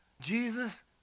Jesus